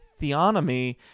theonomy